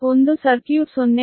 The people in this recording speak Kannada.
ಒಂದು ಸರ್ಕ್ಯೂಟ್ 0